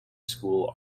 school